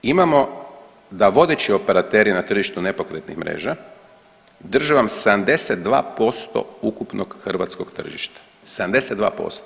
Imamo da vodeći operateri na tržištu nepokretnih mreža drže vam 72% ukupnog hrvatskog tržišta, 72%